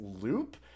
loop